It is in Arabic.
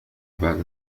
بعد